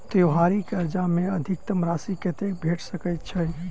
त्योहारी कर्जा मे अधिकतम राशि कत्ते भेट सकय छई?